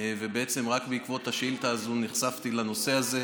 ובעצם רק בעקבות השאילתה הזאת נחשפתי לנושא הזה,